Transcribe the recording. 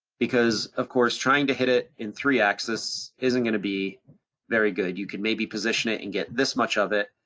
because of course, trying to hit it in three axis isn't gonna be very good. you could maybe position it and get this much of it,